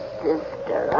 sister